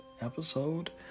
episode